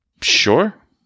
Sure